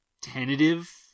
tentative